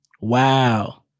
Wow